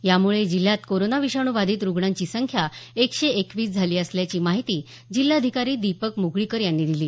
यामुळे जिल्ह्यात कोरोना विषाणू बाधीत रुग्णांची संख्या एकशे एकवीस झाली असल्याची माहिती जिल्हाधिकारी दीपक म्गळीकर यांनी दिली